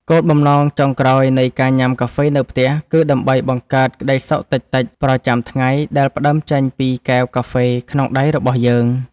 គោលបំណងចុងក្រោយនៃការញ៉ាំកាហ្វេនៅផ្ទះ គឺដើម្បីបង្កើតក្ដីសុខតិចៗប្រចាំថ្ងៃដែលផ្ដើមចេញពីកែវកាហ្វេក្នុងដៃរបស់យើង។